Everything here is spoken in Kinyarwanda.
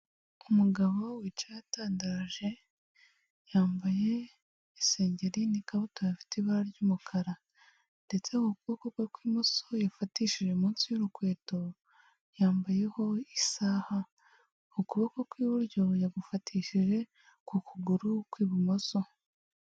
Umugabo wicaye atandaraje, yambaye isengeri n'ikabutura afite ibara ry'umukara ndetse ku kuboko kwe kw'imoso yafatishije munsi y'urukweto, yambayeho isaha, ukuboko kw'iburyo yagufatishije ku kuguru kw'ibumoso.